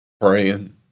praying